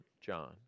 john